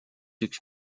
üks